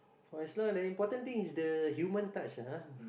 for as long as the important thing is the human touch lah ah